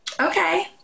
Okay